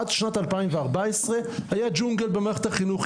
עד שנת 2014 היה ג'ונגל במערכת החינוך,